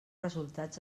resultats